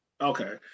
Okay